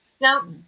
Now